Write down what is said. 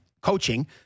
coaching